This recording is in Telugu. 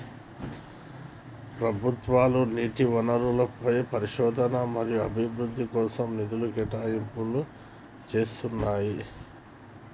ప్రభుత్వాలు నీటి వనరులపై పరిశోధన మరియు అభివృద్ధి కోసం నిధుల కేటాయింపులు చేస్తున్నయ్యి